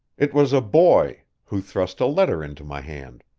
it was a boy, who thrust a letter into my hand.